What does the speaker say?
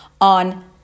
on